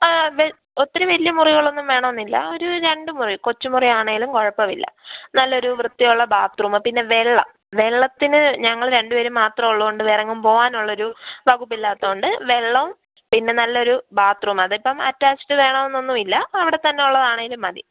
വെ ഒത്തിരി വലിയ മുറികളൊന്നും വേണമെന്നില്ല ഒരു രണ്ട് മുറി കൊച്ച് മുറി ആണെങ്കിലും കുഴപ്പമില്ല നല്ലൊരു വൃത്തിയുള്ള ബാത്റൂം പിന്നെ വെള്ളം വെള്ളത്തിന് ഞങ്ങൾ രണ്ടുപേരും മാത്രം ഉള്ളതുകൊണ്ട് വേറെ എങ്ങും പോവാനുള്ള ഒരു വകുപ്പ് ഇല്ലാത്തതുകൊണ്ട് വെള്ളവും പിന്നെ നല്ലൊരു ബാത്റൂം അതിപ്പം അറ്റാച്ച്ഡ് വേണമെന്നൊന്നുമില്ല അവിടെ തന്നെ ഉള്ളതാണെങ്കിലും മതി